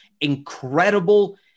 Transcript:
incredible